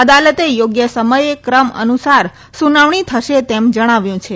અદાલતે થોગ્ય સમયે કુમ અનુસાર સુનાવણી થશે તેમ જણાવ્યું છે